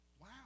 Wow